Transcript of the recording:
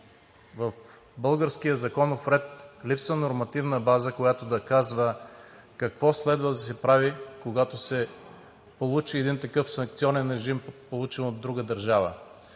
в българския законов ред, липсва нормативна база, която да казва какво следва да се прави, когато се получи един такъв санкционен режим, получен от друга държава.